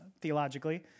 theologically